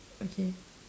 okay